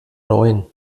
neun